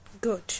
good